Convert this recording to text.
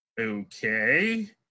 okay